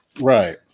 Right